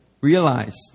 realized